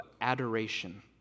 adoration